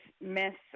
myths